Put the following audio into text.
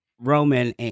Roman